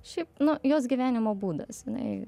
šiaip nu jos gyvenimo būdas jinai